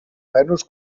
venus